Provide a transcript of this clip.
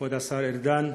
כבוד השר ארדן,